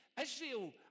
israel